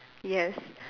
yes